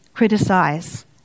criticize